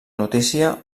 notícia